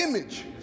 image